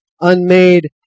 unmade